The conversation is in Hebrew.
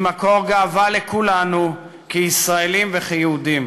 היא מקור גאווה לכולנו כישראלים וכיהודים.